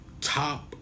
Top